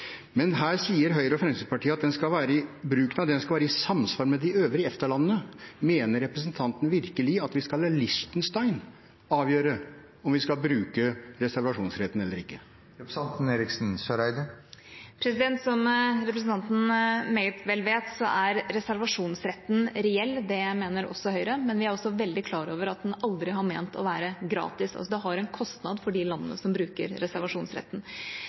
Men her sier Høyre og Fremskrittspartiet at bruken av den skal være i samsvar med de øvrige EFTA-landene. Mener representanten virkelig at vi skal la Liechtenstein avgjøre om vi skal bruke reservasjonsretten eller ikke? Som representanten meget vel vet, er reservasjonsretten reell. Det mener også Høyre, men vi er også veldig klar over at den aldri har ment å være gratis. Det har en kostnad for de landene som bruker reservasjonsretten.